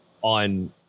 on